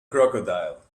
crocodile